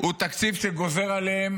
הוא תקציב שגוזר עליהם